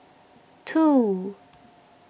two